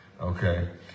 Okay